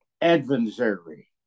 adversary